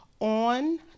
On